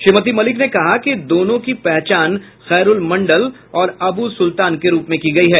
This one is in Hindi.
श्रीमती मलिक ने कहा कि दोनों की पहचान खैरूल मंडल और अब् सुलतान के रूप में की गयी है